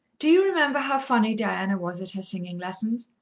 do you remember how funny diana was at her singing lessons?